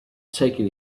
taking